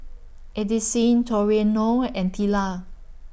Addisyn Toriano and Tilla